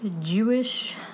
Jewish